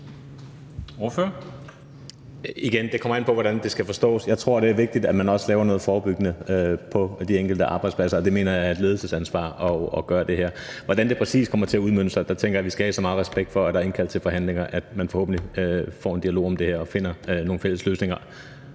Igen vil jeg sige: Det kommer an på, hvordan det skal forstås. Jeg tror, det er vigtigt, at man også laver noget forebyggende på de enkelte arbejdspladser. Og jeg mener, det er et ledelsesansvar at gøre det her. I forhold til spørgsmålet om, hvordan det præcis kommer til at udmønte sig, tænker jeg, at vi skal have meget respekt for, at der er indkaldt til forhandlinger, og forhåbentlig får man en dialog om det her og finder nogle fælles løsninger,